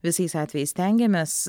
visais atvejais stengiamės